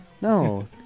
No